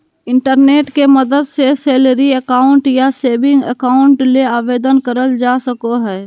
internet के मदद से सैलरी अकाउंट या सेविंग अकाउंट ले आवेदन करल जा सको हय